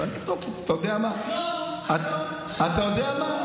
אבל אני אבדוק את זה, אתה יודע מה, אתה יודע מה?